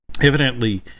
evidently